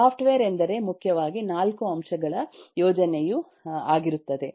software ಎಂದರೆ ಮುಖ್ಯವಾಗಿ 4 ಅಂಶಗಳ ಯೋಜನೆಯು ಆಗಿರುತ್ತದೆ